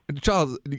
Charles